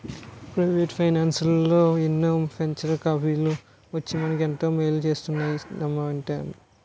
Private ఫైనాన్సల్లో ఎన్నో venture కాపిటల్లు వచ్చి మనకు ఎంతో మేలు చేస్తున్నాయంటే నమ్మవేంటి?